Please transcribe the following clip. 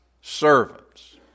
servants